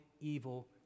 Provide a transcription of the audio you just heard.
evil